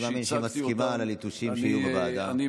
תודה רבה.